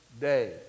day